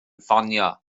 ffonio